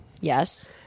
Yes